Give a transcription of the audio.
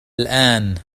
الآن